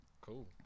cool